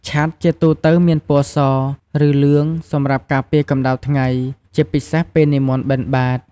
ឆ័ត្រ ជាទូទៅមានពណ៌ស ឬលឿង សម្រាប់ការពារកម្ដៅថ្ងៃ ជាពិសេសពេលនិមន្តបិណ្ឌបាត្រ។